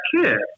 kid